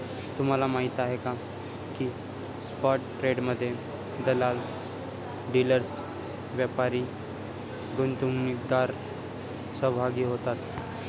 तुम्हाला माहीत आहे का की स्पॉट ट्रेडमध्ये दलाल, डीलर्स, व्यापारी, गुंतवणूकदार सहभागी होतात